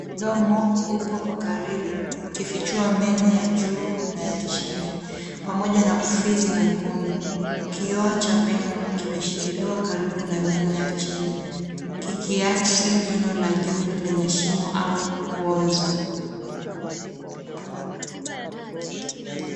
Mdomo upo kwa karibu ukifichua meno ya juu na ya chini, pamoja na ufizi mwekundu. Kioo cha meno kimeshikiliwa karibu na meno ya chini kikiakisi jino la juu lenye shimo au kuoza.